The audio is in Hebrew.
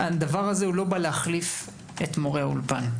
זה לא בא להחליף את מורי האולפן.